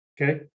Okay